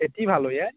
খেতি ভাল হয়য়ে